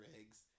eggs